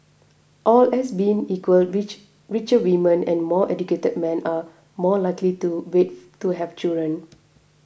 all else being equal rich richer women and more educated men are more likely to wait to have children